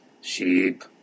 Sheep